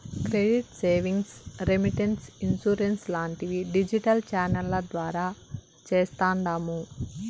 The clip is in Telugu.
క్రెడిట్ సేవింగ్స్, రెమిటెన్స్, ఇన్సూరెన్స్ లాంటివి డిజిటల్ ఛానెల్ల ద్వారా చేస్తాండాము